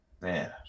Man